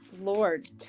Lord